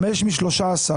5 מ-13.